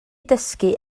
dysgu